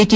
T